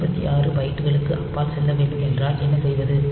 256 பைட்டுகளுக்கு அப்பால் செல்ல வேண்டும் என்றால் என்ன செய்வது